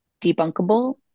debunkable